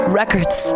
records